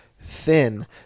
thin